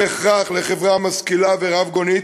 הם הכרח לחברה משכילה ורבגונית.